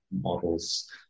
models